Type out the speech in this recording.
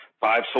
Five